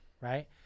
right